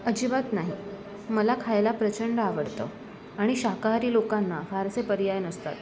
अजिबात नाही मला खायला प्रचंड आवडतं आणि शाकाहारी लोकांना फारसे पर्याय नसतात